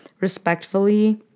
respectfully